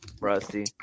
Rusty